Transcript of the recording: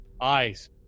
eyes